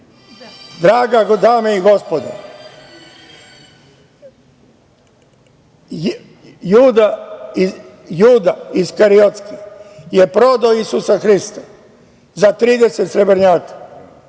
miliona. Dame i gospodo, Juda Iskariotski je prodao Isusa Hrista za 30 srebrnjaka.